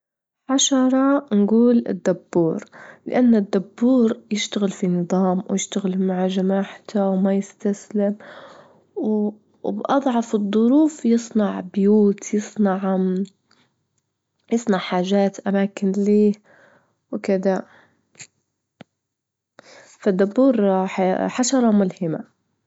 حشرة نجول الدبور، لأن الدبور يشتغل في نظام، ويشتغل مع جماعته، وما يستسلم، و- وب- وبأضعف الظروف يصنع بيوت، يصنع- يصنع حاجات، أماكن ليه وكذا، فالدبور ح- حشرة ملهمة.